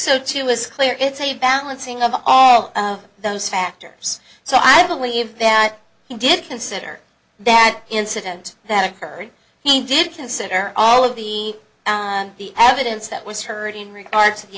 so too was clear it's a balancing of all those factors so i believe that he did consider that incident that occurred he did consider all of the the evidence that was heard in regards to the